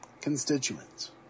constituents